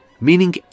meaning